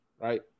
right